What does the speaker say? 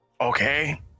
Okay